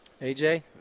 aj